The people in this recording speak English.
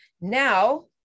now